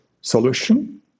solution